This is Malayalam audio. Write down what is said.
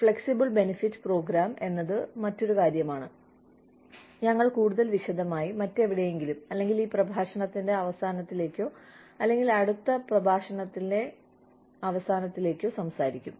ഫ്ലെക്സിബിൾ ബെനിഫിറ്റ് പ്രോഗ്രാം എന്നത് ഒരു കാര്യമാണ് ഞങ്ങൾ കൂടുതൽ വിശദമായി മറ്റെവിടെയെങ്കിലും അല്ലെങ്കിൽ ഈ പ്രഭാഷണത്തിന്റെ അവസാനത്തിലേക്കോ അല്ലെങ്കിൽ അടുത്ത പ്രഭാഷണത്തിന്റെ അവസാനത്തിലേക്കോ സംസാരിക്കും